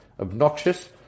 obnoxious